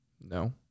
No